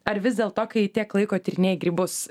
ar vis dėlto kai tiek laiko tyrinėji grybus